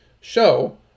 show